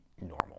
normal